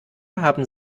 haben